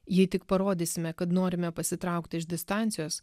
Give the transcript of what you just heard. jei tik parodysime kad norime pasitraukti iš distancijos